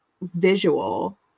visual